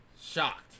shocked